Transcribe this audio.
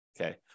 Okay